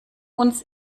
uns